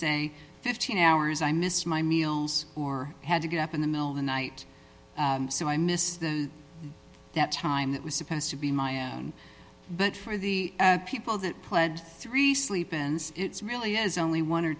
say fifteen hours i missed my meals or had to get up in the middle of the night so i missed the time that was supposed to be my own but for the people that pledged three sleep ins really is only one or